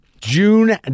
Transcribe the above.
June